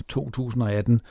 2018